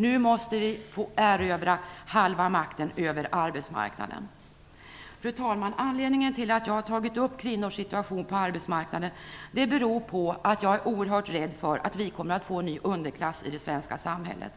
Nu måste vi få erövra halva makten över arbetsmarknaden. Fru talman! Anledningen till att jag har tagit upp kvinnors situation på arbetsmarknaden är att jag är oerhört rädd för att vi kommer att få en ny underklass i det svenska samhället.